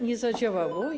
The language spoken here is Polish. nie zadziałało.